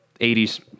80s